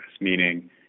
meaning